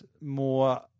more –